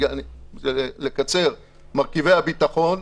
מרכיבי הביטחון,